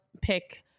pick